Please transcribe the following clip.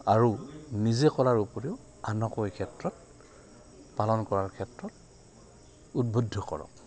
আৰু নিজে কৰাৰ উপৰিও আনকো ক্ষেত্ৰত পালন কৰাৰ ক্ষেত্ৰত উদ্বুদ্ধ কৰক